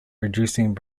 reducing